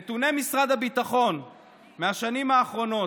נתוני משרד הביטחון מהשנים האחרונות: